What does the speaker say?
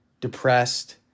Depressed